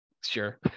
Sure